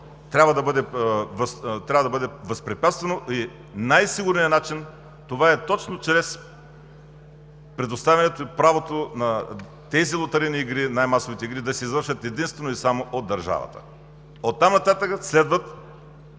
трябва да бъде възпрепятствано и най-сигурният начин – това е точно, чрез предоставянето и правото тези лотарийни игри, най-масовите игри, да се извършват единствено и само от държавата. Оттам нататък следват